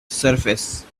surface